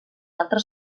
altre